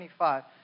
25